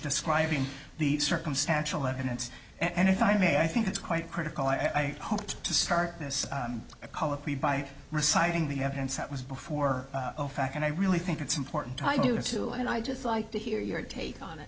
describing the circumstantial evidence and if i may i think it's quite critical i hoped to start this colloquy by reciting the evidence that was before back and i really think it's important i do to and i'd just like to hear your take on it